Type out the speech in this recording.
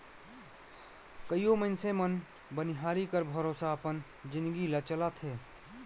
कइयो मइनसे मन बनिहारी कर भरोसा अपन जिनगी ल चलाथें